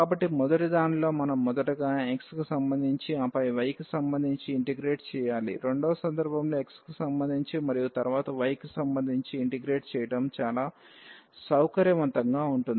కాబట్టి మొదటి దానిలో మనం మొదటగా x కి సంబంధించి ఆపై y కి సంబంధించి ఇంటిగ్రేట్ చేయాలి రెండవ సందర్భంలో x కి సంబంధించి మరియు తరువాత y కి సంబంధించి ఇంటిగ్రేట్ చేయడం చాలా సౌకర్యవంతంగా ఉంటుంది